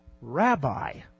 rabbi